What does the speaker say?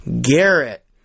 Garrett